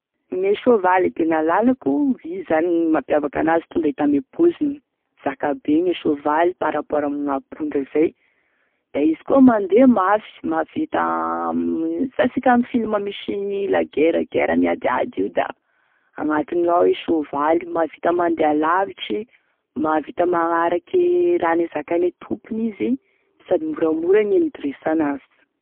Gne sovaly e tena lalako, izy zany e mampiavaka an'azy tonda hita ame poziny, zakabe gne soavaly par rapport amign'ampondra zay, da izy koa mandeha mafy mahavita, hitasika amin'ny film misy la guerre-guerre miadiady io da agnatiny gnao e sovaly, mahavita mandeha alavitry, mahavita magnarake raha zakaine tompony izy sady moramora gne mi-dresse an'azy.